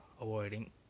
avoiding